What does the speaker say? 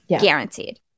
Guaranteed